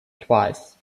twice